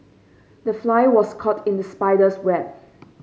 the fly was caught in the spider's web